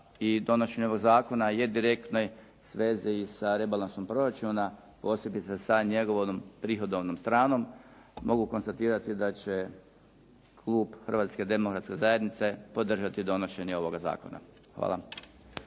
i donošenje ovog zakona je i direktne sveze i sa rebalansom proračuna osjeti se sa njegovom prihodovnom stranom. Mogu konstatirati da će klub Hrvatske demokratske zajednice podržati donošenje ovoga zakona. Hvala.